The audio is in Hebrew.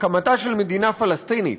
הקמתה של מדינה פלסטינית,